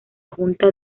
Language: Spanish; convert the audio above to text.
junta